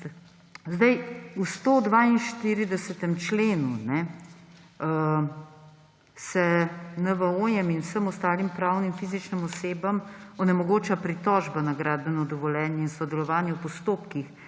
V 142. členu se NVO-jem in vsem ostalim pravnim, fizičnim osebam onemogoča pritožba na gradbeno dovoljenje in sodelovanje v postopkih